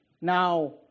now